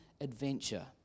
adventure